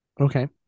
Okay